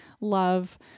love